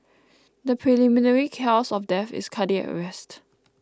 the preliminary cause of death is cardiac arrest